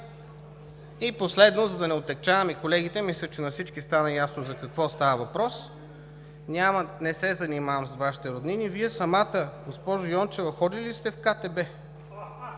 И последно, за да не отегчавам и колегите, мисля, че на всички стана ясно за какво става въпрос, не се занимавам с Вашите роднини, Вие самата, госпожо Йончева, ходили ли сте в КТБ?